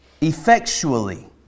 effectually